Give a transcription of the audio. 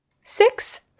six